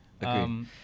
Agreed